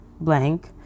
blank